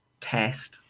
test